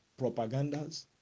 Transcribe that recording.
propagandas